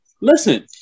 listen